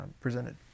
presented